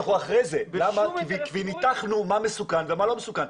אנחנו אחרי זה כי ניתחנו מה מסוכן ומה לא מסוכן.